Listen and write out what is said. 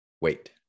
wait